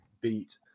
beat